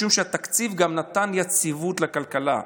משום שהתקציב גם נתן יציבות לכלכלה,